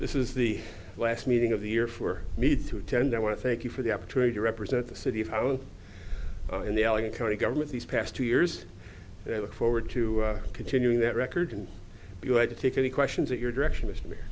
this is the last meeting of the year for me to attend i want to thank you for the opportunity to represent the city if i was in the allegheny county government these past two years they look forward to continuing that record and you have to take any questions at your direction with me